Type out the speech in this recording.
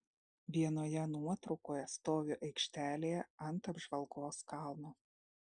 vienoje nuotraukoje stoviu aikštelėje ant apžvalgos kalno